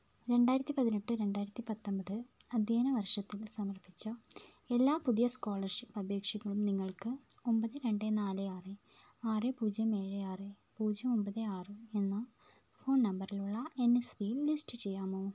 രണ്ടായിരത്തി പതിനെട്ട് രണ്ടായിരത്തി പത്തൊമ്പത് അധ്യയന വർഷത്തിൽ സമർപ്പിച്ച എല്ലാ പുതിയ സ്കോളർഷിപ്പ് അപേക്ഷകളും നിങ്ങൾക്ക് ഒമ്പത് രണ്ട് നാല് ആറ് ആറ് പൂജ്യം ഏഴ് ആറ് പൂജ്യം ഒമ്പത് ആറ് എന്ന ഫോൺ നമ്പറിലുള്ള എൻ എസ് പിയിൽ ലിസ്റ്റ് ചെയ്യാമോ